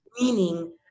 Meaning